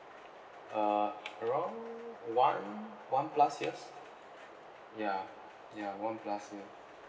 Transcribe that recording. uh around one one plus years ya ya one plus year